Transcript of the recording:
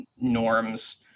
norms